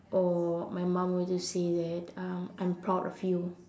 or my mum will just say that um I'm proud of you